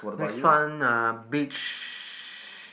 next one uh beach